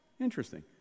Interesting